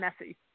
messy